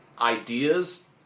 Ideas